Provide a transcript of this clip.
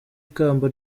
ikamba